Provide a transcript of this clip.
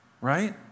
right